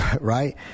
Right